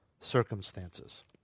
circumstances